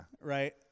Right